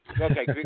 okay